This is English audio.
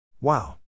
Wow